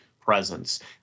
presence